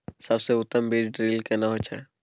सबसे उत्तम बीज ड्रिल केना होए छै?